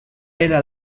era